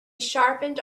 sharpened